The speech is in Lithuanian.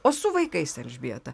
o su vaikais elžbieta